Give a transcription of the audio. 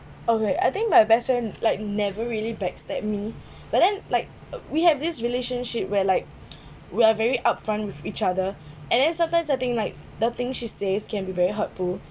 okay I think my best friend like never really back stab me but then like we have this relationship where like we are very upfront with each other and then sometimes I think like the thing she says can be very hurtful